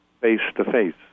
face-to-face